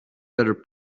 better